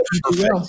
perfect